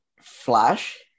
Flash